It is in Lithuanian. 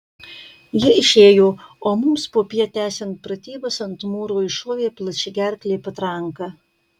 ji išėjo o mums popiet tęsiant pratybas ant mūro iššovė plačiagerklė patranka